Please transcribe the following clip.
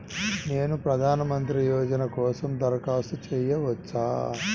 నేను ప్రధాన మంత్రి యోజన కోసం దరఖాస్తు చేయవచ్చా?